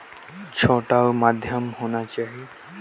मुरई बीजा वाला कोन सा मौसम म लगथे अउ कोन सा किसम के आलू हर होथे?